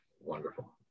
wonderful